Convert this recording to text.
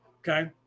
Okay